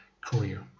career